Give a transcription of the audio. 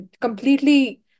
completely